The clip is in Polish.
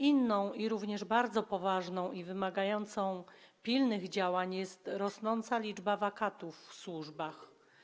Inną, również bardzo poważną i wymagającą pilnych działań sprawą jest rosnąca liczba wakatów w służbach.